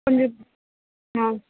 கொஞ்சம் ஆ